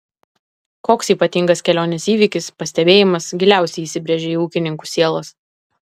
koks ypatingas kelionės įvykis pastebėjimas giliausiai įsibrėžė į ūkininkų sielas